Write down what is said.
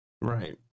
Right